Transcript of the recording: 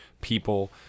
people